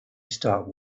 star